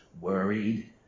worried